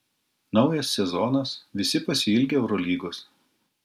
naujas sezonas visi pasiilgę eurolygos